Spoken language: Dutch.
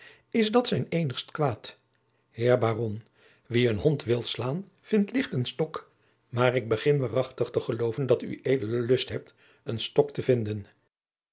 is dat zijn eenigst kwaad heer baron wie een hond wil slaan vindt licht een stok maar ik begin waarachtig te geloven dat ued lust hebt een stok te vinden